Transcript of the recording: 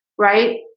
right?